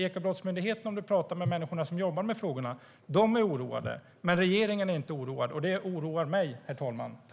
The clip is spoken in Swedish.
Ekobrottsmyndigheten, om du pratar med människor som jobbar med frågorna, är oroade. Men regeringen är inte oroad, och det oroar mig, herr talman!